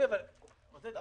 עם מה